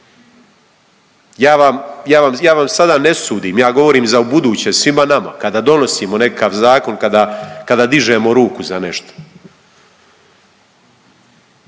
Ja vam sada ne sudim, ja govorim za ubuduće svima nama kada donosimo nekakav zakon, kada dižemo ruku za nešto.